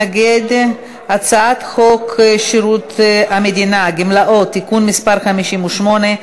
הצעת חוק שירות המדינה (גמלאות) (תיקון מס' 58)